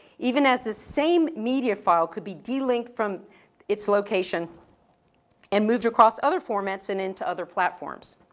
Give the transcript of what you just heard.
even as the same media file could be de-linked from its location and moved across other formats and into other platforms.